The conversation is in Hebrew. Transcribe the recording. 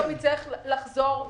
יצטרך לחזור בסופו של יום.